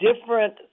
different